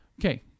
Okay